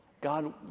god